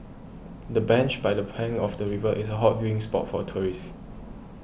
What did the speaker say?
the bench by the bank of the river is a hot viewing spot for tourists